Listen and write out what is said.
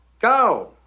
go